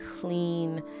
clean